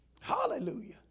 Hallelujah